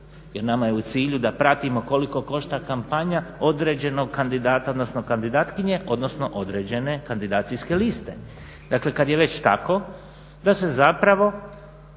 jer nama je u cilju da pratimo koliko košta kampanja određenog kandidata, odnosno kandidatkinje, odnosno određene kandidacijske liste. Dakle, kad je već tako da se zapravo